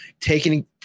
taking